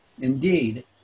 indeed